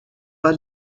pas